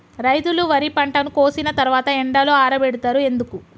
రైతులు వరి పంటను కోసిన తర్వాత ఎండలో ఆరబెడుతరు ఎందుకు?